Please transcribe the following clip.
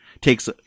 takes